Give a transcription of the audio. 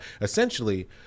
essentially